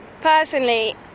personally